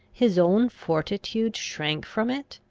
his own fortitude shrank from it?